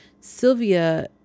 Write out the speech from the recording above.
Sylvia